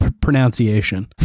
pronunciation